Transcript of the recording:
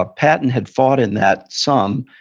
ah patton had fought in that some,